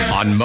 on